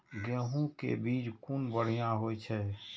गैहू कै बीज कुन बढ़िया होय छै?